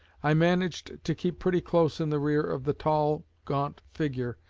i managed to keep pretty close in the rear of the tall, gaunt figure,